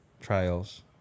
trials